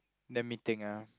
let me think ah